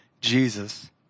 Jesus